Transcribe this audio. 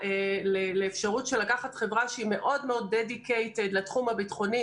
לקחת חברה שהיא מאוד dedicated לתחום הביטחוני